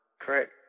Correct